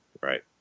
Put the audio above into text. Right